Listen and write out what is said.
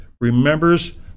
remembers